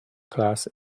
class